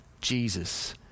Jesus